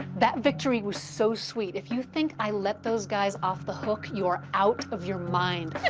that victory was so sweet. if you think i let those guys off the hook, you are out of your mind.